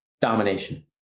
domination